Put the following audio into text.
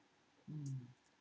mm